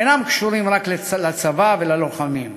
אינם קשורים רק לצבא וללוחמים.